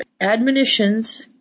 admonitions